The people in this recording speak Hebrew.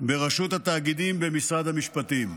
ברשות התאגידים במשרד המשפטים.